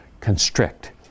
constrict